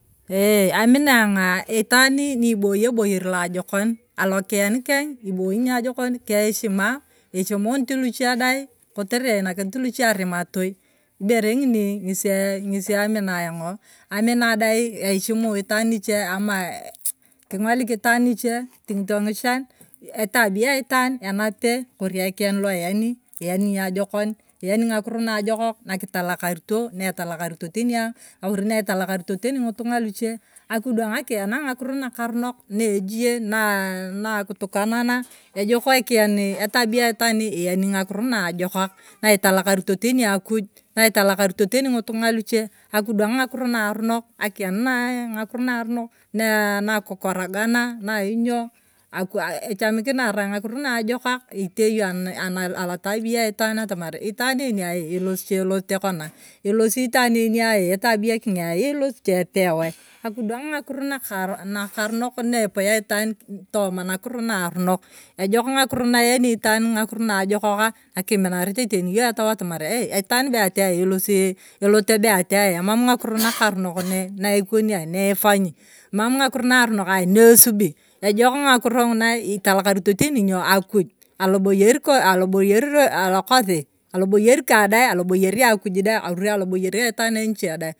Eeee aminang'a itwanii ni ibooi eboyer la ajokon alokiyan keng ibooi naijokon ka heshima eheshimunit luche dai kotere einakinit luche arimatoi ibere ngini ng'esi eee amina ayong'o. amina dai eishimu itaan niche ama aa king'olik itaan aiche eting'ito ng'ichan etabia aitaan. enate kori ekiyan la iyani iyani ni ajokom. iyani ng'akiro ajokak na kitalakarito na etalakarito teni ayong ori na etalakrito teni ng'otung'a luche akidwang akian ng'akiro na karunok na ejie na kutokanana ejok ekiyan etabiya aitan iyani ng'akiro najokaka na italakarito teni akuj na italakarito teni ng'iteng'ia luche akidwang ng'akiro naaronok akiyan aa ng'akiro naaronok na kukorogana na iny'o akwaa echamakina arai ng'akiro na ajakok iteeyong alotabia actaan atamar itaan enia elosi cha elote kona. elosi itaan enia etabia keng'ea elosi cha epeoi akidwang ng'akiro nakarr nakaronok naepea itaan tooma nakiro naaronok ejok ng'akiro na iyaani itaan ng'akiro naajokokak na kiminarete yong'o etau atamaria ee itaan be atia elasi elote benaifanyi mama ngakiro na karinok na esusi ejok ngakoro nguna italakarito teni akuj aloboyer alokosi aloboyer ka dai aloboyer akuj anichedi or aloboyer actaan aniche tai.